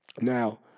Now